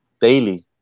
daily